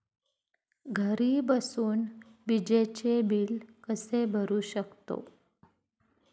घरी बसून विजेचे बिल कसे भरू शकतो?